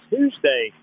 Tuesday